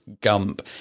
Gump